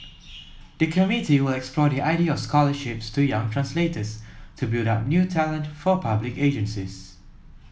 the committee will explore the idea of scholarships to young translators to build up new talent for public agencies